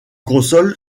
console